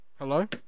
Hello